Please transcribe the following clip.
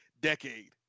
decade